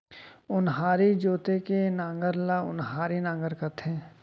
ओन्हारी जोते के नांगर ल ओन्हारी नांगर कथें